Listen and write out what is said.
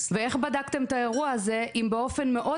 איך בדקתם את האירוע הזה אם באופן מאוד